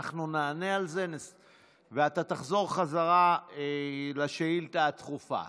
אנחנו נענה על זה ואתה תחזור לשאילתה הדחופה.